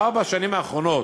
בארבע השנים האחרונות,